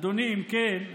אדוני, אם כן,